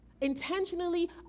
Intentionally